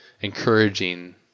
encouraging